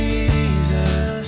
Jesus